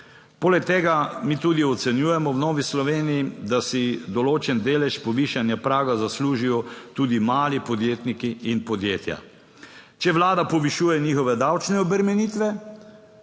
Poleg tega mi tudi ocenjujemo v Novi Sloveniji, da si določen delež povišanja praga zaslužijo tudi mali podjetniki in podjetja, če Vlada povišuje njihove davčne obremenitve,